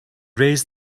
raised